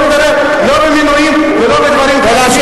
לא במינויים ולא בדברים כאלה.